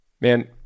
man